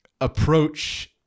approach